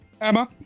Emma